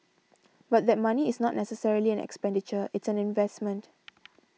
but that money is not necessarily an expenditure it's an investment